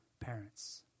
parents